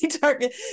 target